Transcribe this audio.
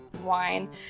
wine